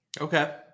Okay